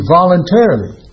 voluntarily